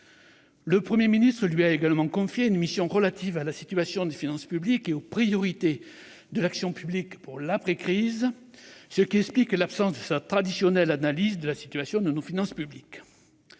Le Premier ministre lui a également confié une mission relative à la situation des finances publiques et aux priorités de l'action publique pour l'après-crise, ce qui explique l'absence de sa traditionnelle analyse de la situation de nos finances publiques.